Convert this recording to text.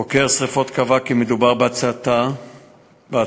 חוקר שרפות קבע כי מדובר בהצתה זדונית.